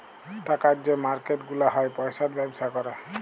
টাকার যে মার্কেট গুলা হ্যয় পয়সার ব্যবসা ক্যরে